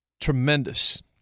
tremendous